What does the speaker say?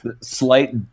slight